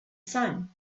sun